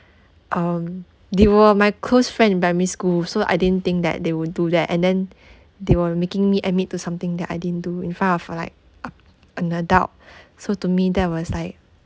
um they were my close friend in primary school so I didn't think that they would do that and then they were making me admit to something that I didn't do in front of uh like an adult so to me that was like